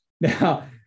now